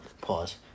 Pause